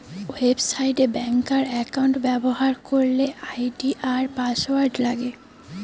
website এ ব্যাংকার account ব্যবহার করলে আই.ডি আর পাসওয়ার্ড লাগে